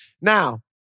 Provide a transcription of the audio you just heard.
Now